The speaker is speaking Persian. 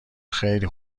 خیلی